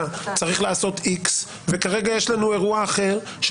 צריך לעשות איקס וכרגע יש לנו אירוע אחר.